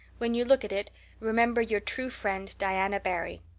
when you look at it remember your true friend diana barry.